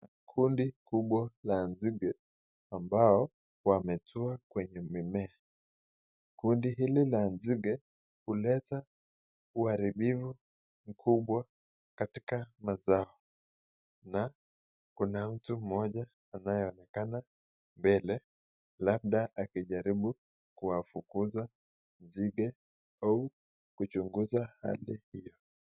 Kundi kubwa la nzige ambao wametua kwenye mimea, kundi hili la nzige huleta uharibifu mkubwa katika mazao na kuna mtu mmoja anayeonekana mbele labda akijaribu kuwafukuza nzige au kuchunguza hali hiyo.